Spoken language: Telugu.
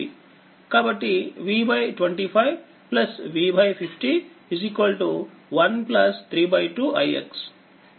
కాబట్టి V25 V50 1 32ix